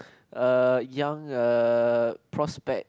uh young uh prospects